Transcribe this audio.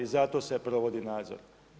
Zato se provodi nadzor.